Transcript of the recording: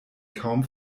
kaum